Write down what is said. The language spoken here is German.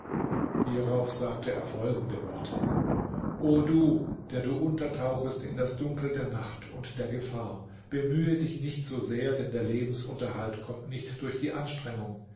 hierauf sagte er folgende worte o du der du untertauchest in das dunkel der nacht und der gefahr bemühe dich nicht so sehr denn der lebensunterhalt kommt nicht durch die anstrengung